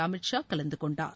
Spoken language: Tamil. அமித் ஷா கலந்து கொண்டார்